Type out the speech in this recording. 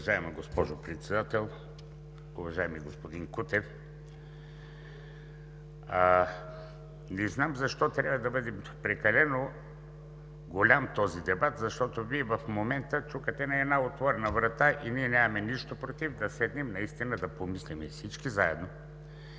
Уважаема госпожо Председател, уважаеми господин Кутев! Не знам защо трябва да бъде прекалено голям този дебат, защото в момента Вие чукате на една отворена врата. Ние нямаме нищо против да седнем наистина и да помислим всички заедно,